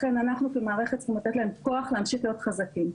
לכן אנחנו כמערכת צריכים לתת להם כוח להמשיך להיות חזקים.